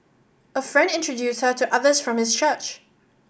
a friend introduced her to others from his church